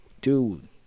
dude